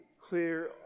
clear